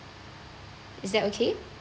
is that okay